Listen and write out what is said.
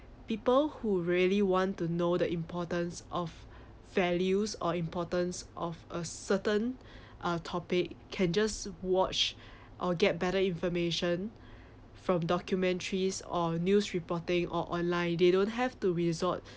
people who really want to know the importance of values or importance of a certain uh topic can just watch or get better information from documentaries or news reporting or online they don't have to resort